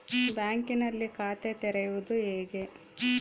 ಬ್ಯಾಂಕಿನಲ್ಲಿ ಖಾತೆ ತೆರೆಯುವುದು ಹೇಗೆ?